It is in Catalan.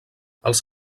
els